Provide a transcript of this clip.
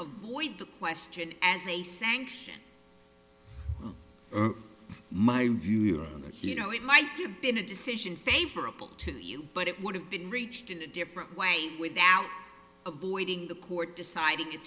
avoid the question as a sanction my view that he you know it might have been a decision favorable to you but it would have been reached in a different way without avoiding the court deciding it